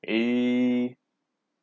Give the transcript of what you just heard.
eh